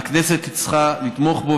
והכנסת צריכה לתמוך בו,